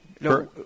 No